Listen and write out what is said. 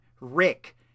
Rick